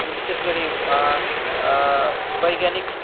अनि विशेष गरि वैज्ञानिक